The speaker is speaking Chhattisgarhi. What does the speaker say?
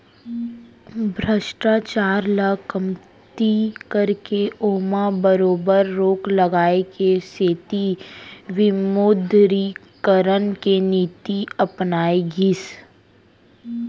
भस्टाचार ल कमती करके ओमा बरोबर रोक लगाए के सेती विमुदरीकरन के नीति अपनाए गिस